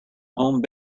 home